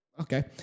Okay